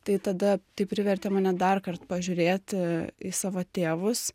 tai tada tai privertė mane darkart pažiūrėti į savo tėvus